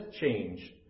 change